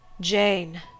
Jane